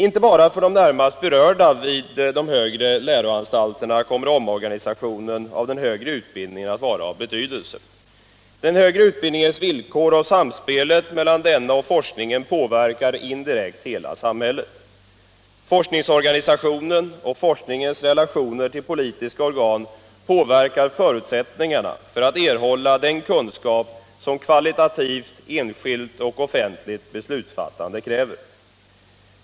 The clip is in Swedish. Inte bara för de närmast berörda vid de högre läroanstalterna kommer omorganisationen av den högre utbildningen att vara av betydelse. Den högre utbildningens villkor och samspelet mellan denna och forskningen påverkar indirekt hela samhället. Forskningsorganisationen och forskningens relationer till politiska organ påverkar förutsättningarna för att erhålla den kunskap som ett kvalitativt enskilt och offentligt beslutsfattande kräver.